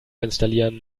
installieren